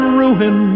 ruin